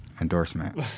Endorsement